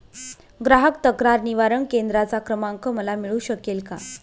ग्राहक तक्रार निवारण केंद्राचा क्रमांक मला मिळू शकेल का?